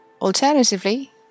Alternatively